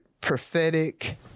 prophetic